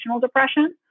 depression